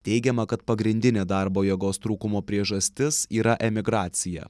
teigiama kad pagrindinė darbo jėgos trūkumo priežastis yra emigracija